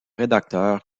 rédacteurs